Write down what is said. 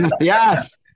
Yes